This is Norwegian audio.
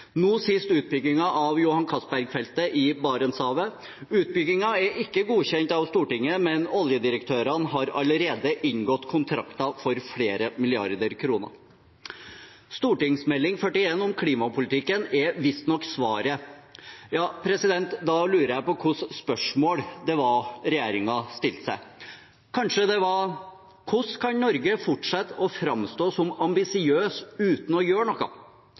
nå sist utbyggingen av Johan Castberg-feltet i Barentshavet. Utbyggingen er ikke godkjent av Stortinget, men oljedirektørene har allerede inngått kontrakter for flere milliarder kroner. Meld. St. 41 for 2016–2017 om klimapolitikken er visstnok svaret. Da lurer jeg på hvilket spørsmål regjeringen stilte seg. Kanskje det var: Hvordan kan Norge fortsette å framstå som ambisiøs uten å gjøre noe?